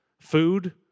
Food